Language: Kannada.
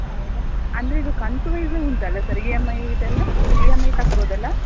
ಹಾಂ ಹೌದಾ ಅಂದರೆ ಇದು ಕಂತು ವೈಸ್ ಉಂಟಲ್ಲಾ ಸರ್ ಈ ಎಮ್ ಐ ಇದೆಲ್ಲ ಈ ಎಮ್ ಐ ಕಟ್ಬೌದಲ್ಲ